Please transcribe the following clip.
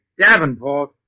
Davenport